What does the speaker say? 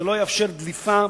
שלא יאפשר דליפה,